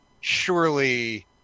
surely